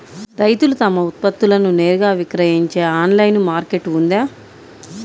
రైతులు తమ ఉత్పత్తులను నేరుగా విక్రయించే ఆన్లైను మార్కెట్ ఉందా?